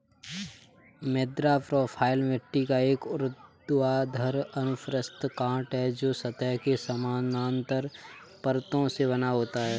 मृदा प्रोफ़ाइल मिट्टी का एक ऊर्ध्वाधर अनुप्रस्थ काट है, जो सतह के समानांतर परतों से बना होता है